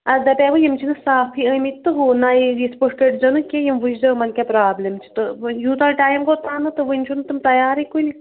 اَتھ دَپیاوٕ یِم چھِنہٕ صافٕے ٲمٕتۍ تہٕ ہُہ نَیہِ یِتھ پٲٹھۍ کٔرزیٚو نہٕ کیٚنٛہہ یِم وُچھ زیٚو یِمن کیٛاہ پرٛابلِم چھِ تہٕ یوٗتاہ ٹایم گوٚو تنہٕ تہٕ وٕنہِ چھُنہٕ تِم تَیارٕے کُنہِ